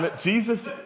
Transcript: Jesus